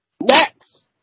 Next